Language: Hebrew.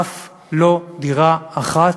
אף לא דירה אחת